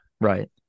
right